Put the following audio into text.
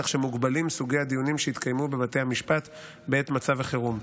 כך שמוגבלים סוגי הדיונים שיתקיימו בבתי המשפט בעת מצב החירום.